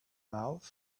mouth